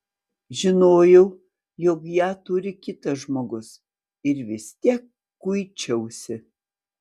žinojau jog ją turi kitas žmogus ir vis tiek kuičiausi